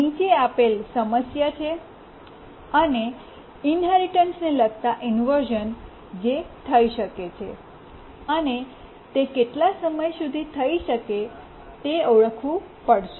નીચે આપેલ સમસ્યા છે અને ઇન્હેરિટન્સને લગતા ઇન્વર્શ઼ન જે થઈ શકે છે અને તે કેટલા સમય સુધી થઈ શકે છે તે ઓળખવું પડશે